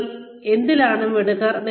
നിങ്ങൾ എന്തിലാണ് മിടുക്കൻ